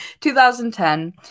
2010